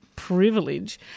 privilege